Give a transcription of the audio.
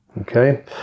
Okay